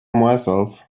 myself